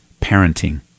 Parenting